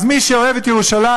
אז מי שאוהב את ירושלים,